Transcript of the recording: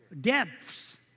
depths